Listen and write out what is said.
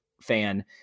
fan